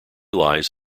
lies